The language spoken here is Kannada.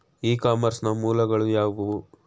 ಇ ಕಾಮರ್ಸ್ ನ ಮೂಲಗಳು ಯಾವುವು?